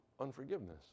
unforgiveness